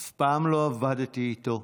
אף פעם לא עבדתי איתו,